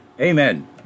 Amen